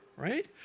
right